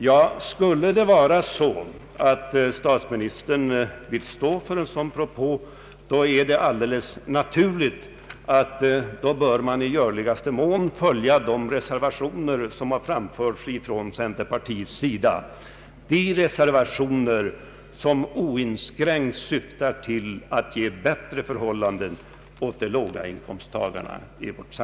Om statsministern verkligen vill stå för ett sådant uttalande är det alldeles naturligt att man i görligaste mån följer de reservationer som har framförts från centerpartiet, de reservationer som oinskränkt syftar till att skapa bättre förhållanden för de låga inkomsttagarna.